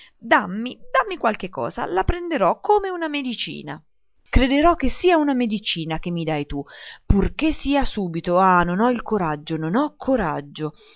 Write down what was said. dammi dammi qualche cosa la prenderò come una medicina crederò che sia una medicina che mi dai tu purché sia subito ah non ho coraggio non ho coraggio